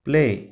play